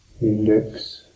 index